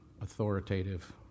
authoritative